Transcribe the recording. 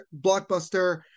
blockbuster